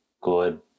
good